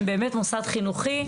הם באמת מוסד חינוכי,